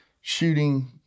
shooting